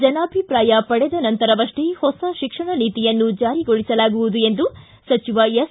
ಜನಾಭಿಪ್ರಾಯ ಪಡೆದ ನಂತರವಷ್ಟೇ ಹೊಸ ಶಿಕ್ಷಣ ನೀತಿಯನ್ನು ಜಾರಿಗೊಳಿಸಲಾಗುವುದು ಎಂದು ಸಚಿವ ಎಸ್